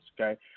okay